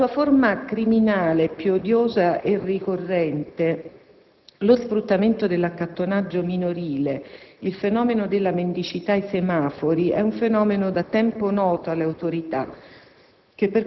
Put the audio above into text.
Nella sua forma criminale più odiosa e ricorrente, lo sfruttamento dell'accattonaggio minorile, il fenomeno della mendicità ai semafori, è da tempo noto alle autorità,